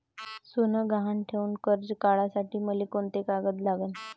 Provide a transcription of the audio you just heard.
सोनं गहान ठेऊन कर्ज काढासाठी मले कोंते कागद लागन?